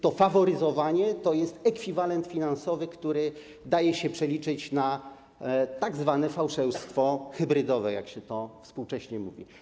To faworyzowanie to jest ekwiwalent finansowy, który daje się przeliczyć na tzw. fałszerstwo hybrydowe, jak to się współcześnie mówi.